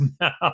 now